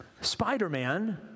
Spider-Man